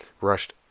rushed